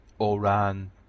Oran